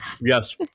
Yes